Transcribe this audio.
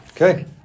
Okay